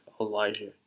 Elijah